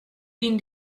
been